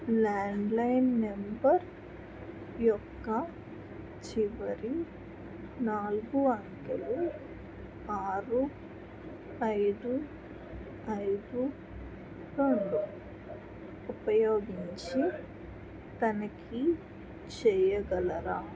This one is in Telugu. ల్యాండ్లైన్ నంబర్ యొక్క చివరి నాలుగు అంకెలు ఆరు ఐదు ఐదు రెండు ఉపయోగించి తనఖీ చేయగలరా